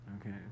Okay